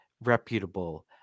reputable